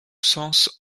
sens